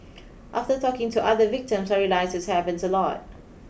after talking to other victims I realised this happens a lot